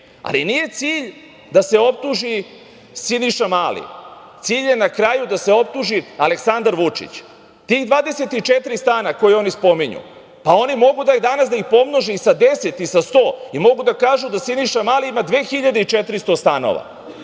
ali nije cilj da se optuži Siniša Mali. Cilj je na kraju da se optuži Aleksandar Vučić. Tih 24 stana, koje oni spominju, pa oni mogu da ih danas pomnoži i sa 10 i sa 100, i mogu da kažu da Siniša Mali ima 2.400 stanova,